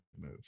move